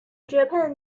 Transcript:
japan